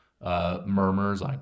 Murmurs